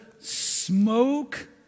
smoke